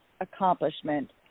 accomplishment